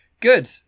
good